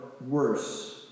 worse